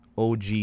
OG